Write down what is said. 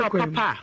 papa